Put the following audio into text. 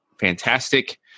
fantastic